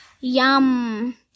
Yum